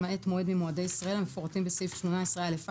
למעט מועד ממועדי ישראל המפורטים בסעיף 18א(א)